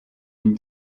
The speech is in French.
une